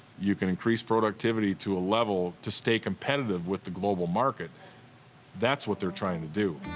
you can increase productivity to a level to stay competitive with the global market that's what they're trying to do.